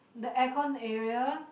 the aircon area